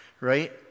right